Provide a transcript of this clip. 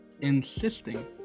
insisting